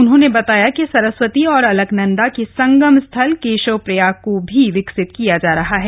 उन्होंने बताया कि सरस्वती और अलकनंदा के संगम स्थल केशवप्रयाग को भी विकसित किया जा सकता है